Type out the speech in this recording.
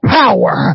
power